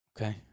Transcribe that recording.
Okay